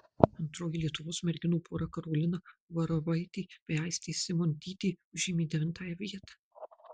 antroji lietuvos merginų pora karolina uvarovaitė bei aistė simuntytė užėmė devintąją vietą